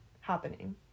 happening